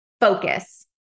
focus